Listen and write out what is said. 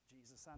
Jesus